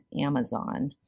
Amazon